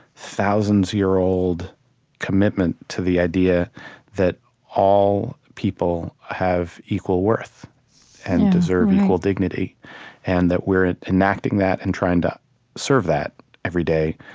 thousands-year-old commitment to the idea that all people have equal worth and deserve equal dignity and that we're enacting that and trying to serve that every day.